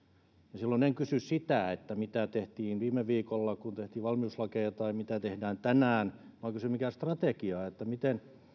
ja silloin en kysy sitä mitä tehtiin viime viikolla kun tehtiin valmiuslakeja tai mitä tehdään tänään vaan kysyn mikä on strategia miten